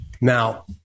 Now